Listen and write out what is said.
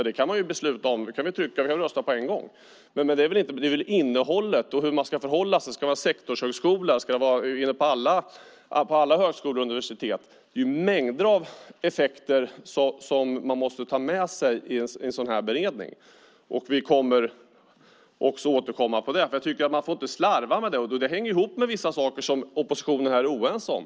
Det kan man tycka. Det kan vi rösta och fatta beslut om på en gång. Men det är väl innehållet och hur man ska förhålla sig som det handlar om. Ska det vara en sektorshögskola? Ska detta finnas på alla högskolor och universitet? Det är mängder av effekter som man måste ta med i en sådan beredning. Vi kommer också att återkomma till det. Man får inte slarva med detta. Det hänger ihop med vissa saker som oppositionen är oense om.